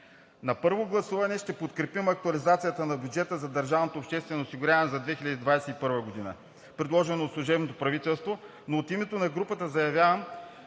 На първо гласуване ще подкрепим актуализацията на бюджета за държавното обществено осигуряване за 2021 г., предложено от служебното правителство, но от името на групата заявявам,